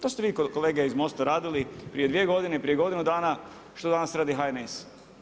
To ste vi kolege iz MOST-a radili, prije 2 godine i prije godinu dana što danas radi HNS.